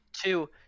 Two